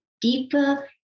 deeper